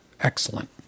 excellent